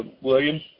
William